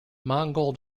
mongol